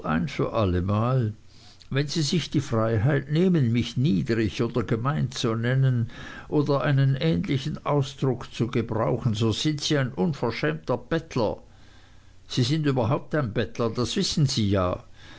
ein für allemal wenn sie sich die freiheit nehmen mich niedrig oder gemein zu nennen oder einen ähnlichen ausdruck zu gebrauchen so sind sie ein unverschämter bettler sie sind überhaupt ein bettler das wissen sie ja